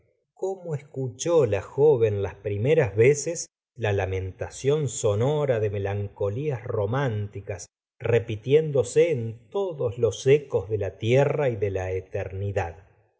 cómo escuchó la joven las primeras veces la lamentación sonora de melancolías románticas repitiéndose en todos los ecos de la tierra y de la eternidad si